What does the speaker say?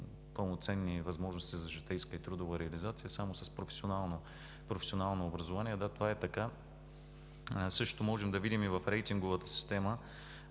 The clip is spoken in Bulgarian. пълноценни възможности за житейска и трудова реализация само с професионално образование. Да, това е така. Същото можем да видим и в рейтинговата система,